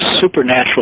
supernatural